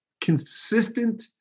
Consistent